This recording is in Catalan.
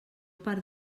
part